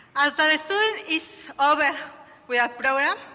so a student is over with our program,